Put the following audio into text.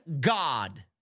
god